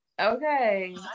Okay